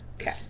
okay